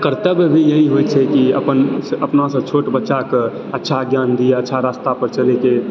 कर्तव्य भी इएह होइ छै कि अपन अपनासँ छोट बच्चाके अच्छा ज्ञान दिए अच्छा रास्ता पर चलएके